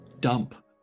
dump